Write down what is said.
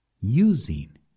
using